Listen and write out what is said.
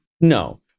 No